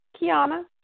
Kiana